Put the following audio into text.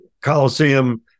Coliseum